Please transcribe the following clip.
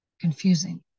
confusing